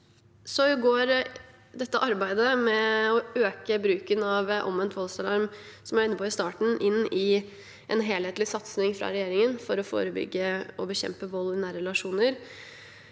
dette. Dette arbeidet med å øke bruken av omvendt voldsalarm, som jeg var inne på i starten, går inn i en helhetlig satsing fra regjeringen for å forebygge og bekjempe vold i nære relasjoner.